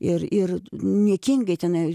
ir ir niekingai tenai